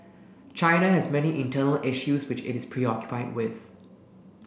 China has many internal issues which it is preoccupied with